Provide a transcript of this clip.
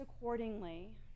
accordingly